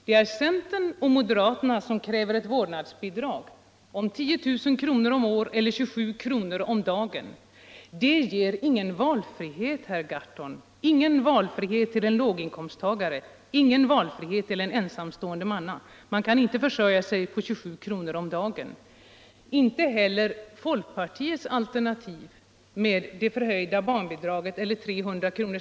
Det är centern och moderaterna som kräver ett vårdnadsbidrag på 10 000 kr. om året eller 27 kr. om dagen. Det ger ingen valfrihet, herr Gahrton, vare sig för en låginkomsttagare eller för en ensamstående mamma. Man kan inte försörja sig på 27 kr. om dagen. Inte helter folkpartiets alternativ med ett förhöjt barnbidrag eller 300 kr.